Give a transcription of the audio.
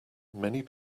many